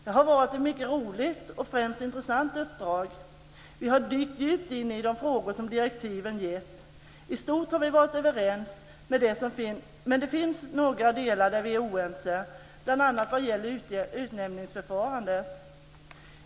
Det har varit ett mycket roligt och främst intressant uppdrag. Vi har dykt djupt in i de frågor som direktiven gett. I stort har vi varit överens, men det finns några delar där vi är oense, bl.a. vad gäller utnämningsförfarandet.